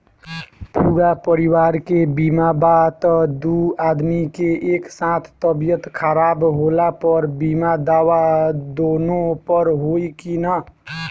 पूरा परिवार के बीमा बा त दु आदमी के एक साथ तबीयत खराब होला पर बीमा दावा दोनों पर होई की न?